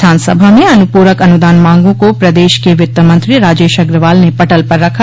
विधानसभा में अनुपूरक अनुदान मांगों को प्रदेश के वित्त मंत्री राजेश अग्रवाल ने पटल पर रखा